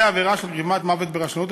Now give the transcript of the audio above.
והעבירה של גרימת מוות ברשלנות,